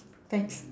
thanks